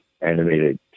animated